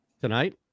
Tonight